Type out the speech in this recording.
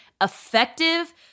Effective